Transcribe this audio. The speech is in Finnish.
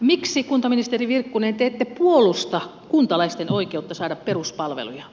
miksi kuntaministeri virkkunen te ette puolusta kuntalaisten oikeutta saada peruspalveluja